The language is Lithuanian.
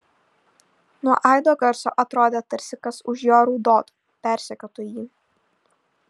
nuo aido garso atrodė tarsi kas už jo raudotų persekiotų jį